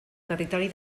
territori